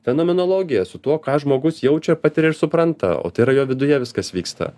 fenomenologija su tuo ką žmogus jaučia patiria ir supranta o tai yra jo viduje viskas vyksta